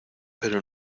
pero